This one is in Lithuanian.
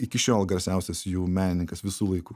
iki šiol garsiausias jų menininkas visų laikų